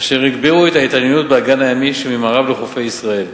אשר הגבירו את ההתעניינות באגן הימי שממערב לחופי ישראל.